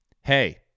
hey